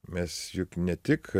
mes juk ne tik